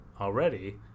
already